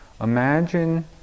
Imagine